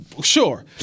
sure